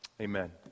Amen